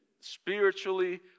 spiritually